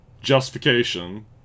justification